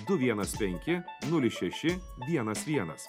du vienas penki nulis šeši vienas vienas